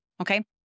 Okay